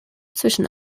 zwischen